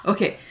Okay